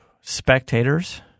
spectators